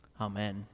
Amen